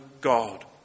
God